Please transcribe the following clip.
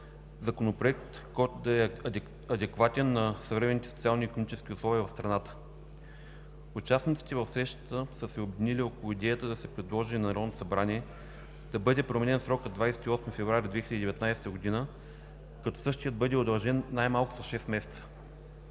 законопроект, който да е адекватен на съвременните социални и икономически условия в страната. Участниците в срещата са се обединили около идеята да се предложи на Народното събрание да бъде променен срокът 28 февруари 2019 г., като същият бъде удължен най-малко с шест месеца.